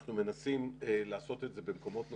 אנחנו מנסים לעשות את זה במקומות נוספים.